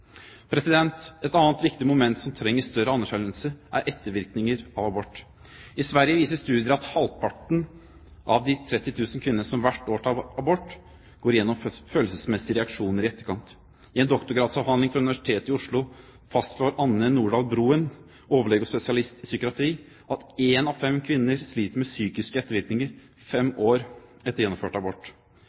Et annet viktig moment som trenger større anerkjennelse, er ettervirkninger av abort. I Sverige viser studier at halvparten av de 30 000 kvinnene som hvert år tar abort, går gjennom følelsesmessige reaksjoner i etterkant. I en doktorgradsavhandling fra Universitetet i Oslo fastslår Anne Nordal Broen, overlege og spesialist i psykiatri, at en av fem kvinner sliter med psykiske ettervirkninger fem år etter gjennomført abort.